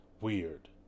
weird